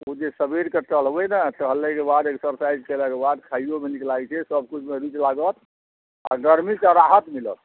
ओ जे सबेरके टहलबै ने टहलैके बाद एक्सरसाइज केलाके बाद खाइयोमे नीक लागै छै सबकिछुमे रुचि लागत आ गर्मी सऽ राहत मिलत